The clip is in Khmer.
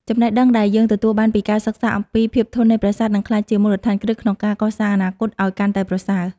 ចំណេះដឹងដែលយើងទទួលបានពីការសិក្សាអំពីភាពធន់នៃប្រាសាទនឹងក្លាយជាមូលដ្ឋានគ្រឹះក្នុងការកសាងអនាគតឱ្យកាន់តែប្រសើរ។